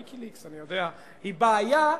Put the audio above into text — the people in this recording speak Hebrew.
"ויקיליקס", אני יודע, היא בעיה,